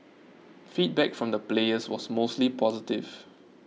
feedback from the players was mostly positive